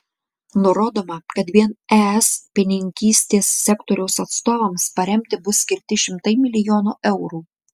nurodoma kad vien es pienininkystės sektoriaus atstovams paremti bus skirti šimtai milijonų eurų